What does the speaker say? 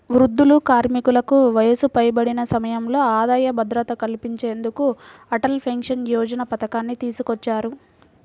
వృద్ధులు, కార్మికులకు వయసు పైబడిన సమయంలో ఆదాయ భద్రత కల్పించేందుకు అటల్ పెన్షన్ యోజన పథకాన్ని తీసుకొచ్చారు